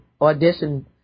audition